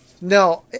No